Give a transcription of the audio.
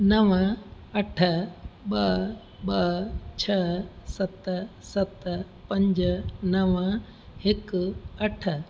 नवं अठ ॿ ॿ छ सत सत पंज नव हिकु अठ